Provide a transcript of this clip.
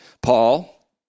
Paul